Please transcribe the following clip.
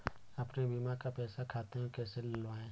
अपने बीमा का पैसा खाते में कैसे डलवाए?